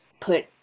put